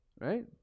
right